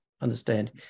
understand